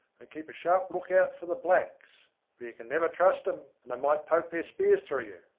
and keep a sharp look-out for the blacks for you can never trust em, and they might poke their spears through you.